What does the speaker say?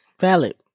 Valid